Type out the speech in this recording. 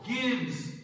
gives